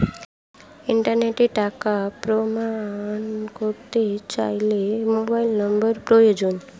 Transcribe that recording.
ইন্টারনেটে টাকা পেমেন্ট করতে চাইলে মোবাইল নম্বর প্রয়োজন